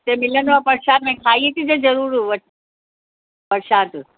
हुते मिलंदो आहे प्रशाद में खाई अचिजांइ ज़रूरु प्रशाद